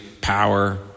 power